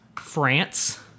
france